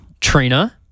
Trina